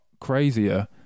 crazier